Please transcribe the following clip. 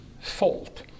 fault